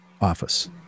office